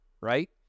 Right